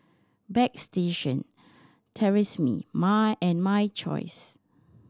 Bagstationz Tresemme My and My Choice